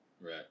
Right